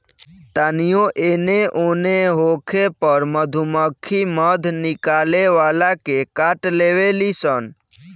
तानियो एने ओन होखे पर मधुमक्खी मध निकाले वाला के काट लेवे ली सन